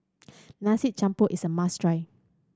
Nasi Campur is a must try